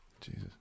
jesus